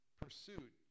pursuit